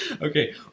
okay